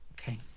Okay